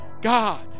God